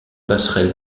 passerelle